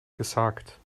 gesagt